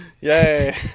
Yay